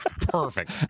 Perfect